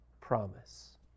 promise